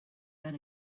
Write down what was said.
that